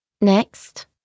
Next